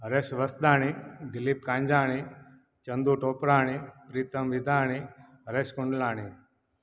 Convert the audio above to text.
Haresh Vastani Dilip Kanjani Changu Toprani Pritam Vitani Haresh Kundlani